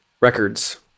records